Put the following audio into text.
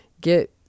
get